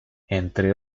entre